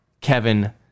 Kevin